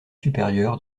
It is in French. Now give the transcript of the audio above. supérieur